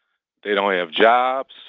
they don't have jobs.